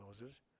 Moses